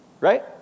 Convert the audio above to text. Right